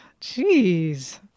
Jeez